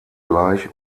gleich